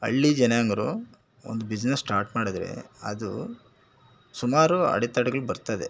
ಹಳ್ಳಿ ಜನಾಂಗ್ರು ಒಂದು ಬಿಸ್ನೆಸ್ ಸ್ಟಾರ್ಟ್ ಮಾಡಿದ್ರೆ ಅದು ಸುಮಾರು ಅಡೆತಡೆಗಳು ಬರ್ತದೆ